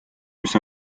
mis